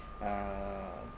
uh